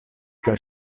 kaj